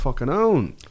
own